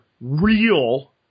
real